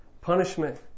Punishment